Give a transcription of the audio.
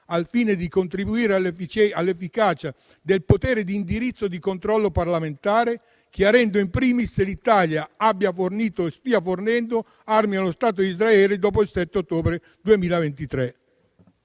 al fine di contribuire all'efficacia del potere di indirizzo e di controllo parlamentare, chiarendo *in primis* se l'Italia abbia fornito o stia fornendo armi allo Stato di Israele dopo il 7 ottobre 2023.